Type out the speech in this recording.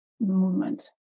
movement